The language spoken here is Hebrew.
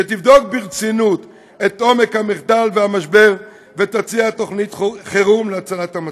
שתבדוק ברצינות את עומק המחדל והמשבר ותציע תוכנית חירום להצלת המצב.